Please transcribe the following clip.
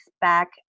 back